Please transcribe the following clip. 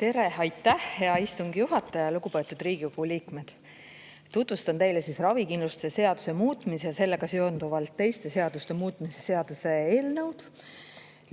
Tere! Aitäh, hea istungi juhataja! Lugupeetud Riigikogu liikmed! Tutvustan teile ravikindlustuse seaduse muutmise ja sellega seonduvalt teiste seaduste muutmise seaduse eelnõu.